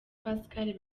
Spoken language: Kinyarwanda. pascal